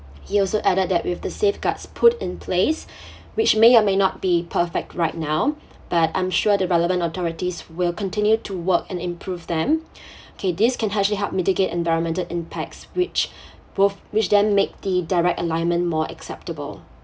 he also added that with the safeguards put in place which may or may not be perfect right now but I'm sure the relevant authorities will continue to work and improve them K this can actually help mitigate environmental impacts which both which then make the direct alignment more acceptable